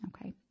Okay